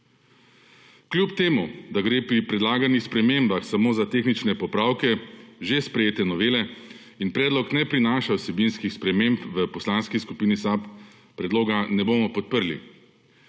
Kljub temu, da gre pri predlagani spremembah samo za tehnične popravke že sprejete novele in predlog ne prinaša vsebinskih sprememb, v Poslanski skupini SAB predloga ne bomo podprli.